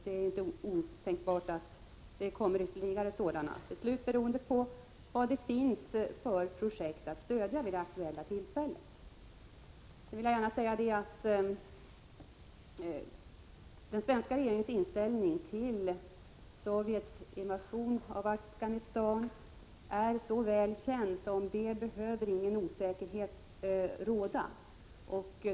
Det är inte otänkbart att det kommer ytterligare sådana beslut, beroende på vad det finns för projekt att stödja vid det aktuella tillfället. Sedan vill jag gärna säga att den svenska regeringens inställning till Sovjets invasion i Afghanistan är så väl känd att ingen osäkerhet behöver råda.